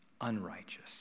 unrighteous